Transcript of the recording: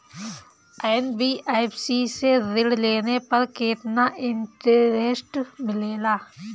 NBFC से ऋण लेने पर केतना इंटरेस्ट मिलेला?